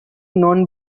known